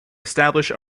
establish